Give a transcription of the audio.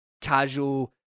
casual